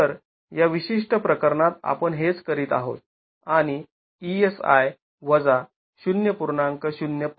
तर या विशिष्ट प्रकरणात आपण हेच करीत आहोत आणि e si वजा 0